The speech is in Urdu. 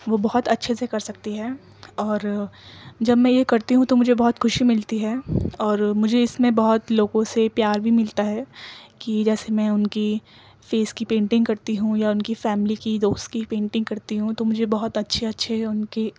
وہ بہت اچھے سے کر سکتی ہے اور جب میں یہ کرتی ہوں تو مجھے بہت خوشی ملتی ہے اور مجھے اس میں بہت لوگوں سے پیار بھی ملتا ہے کہ جیسے میں ان کی فیس کی پینٹنگ کرتی ہوں یا ان کی فیملی کی دوست کی پیٹنگ کرتی ہوں تو مجھے بہت اچھے اچھے ان کے